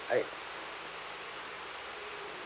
I